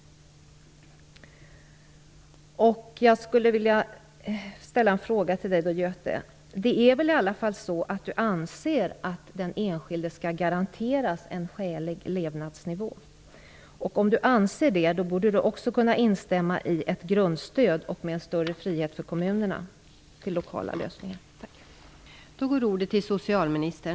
Göte Jonsson anser väl ändå att den enskilde skall garanteras en skälig levnadsnivå? Om han anser det borde han också kunna instämma i att vi skall ha ett grundstöd, kombinerat med en större frihet för kommunerna att utarbeta lokala lösningar.